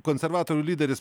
konservatorių lyderis